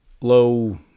low